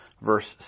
verse